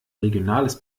regionales